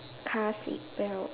car seatbelt